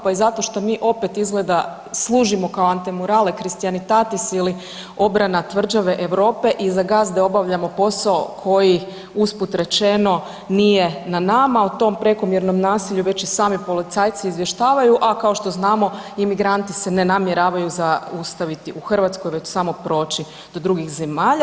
Pa i zato što mi opet, izgleda, služimo kao Antemurale Christianitatis ili obrana tvrđave Europe i za gazde obavljamo posao koji, usput rečeno, nije na nama, u tom prekomjernom nasilju već i sami policajci izvještavaju, a kao što znamo, imigranti se ne namjeravaju zaustaviti u Hrvatskoj već samo proći do drugih zemalja.